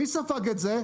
מי ספג את זה?